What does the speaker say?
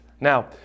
Now